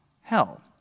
hell